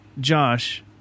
Josh